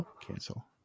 cancel